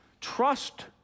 Trust